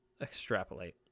extrapolate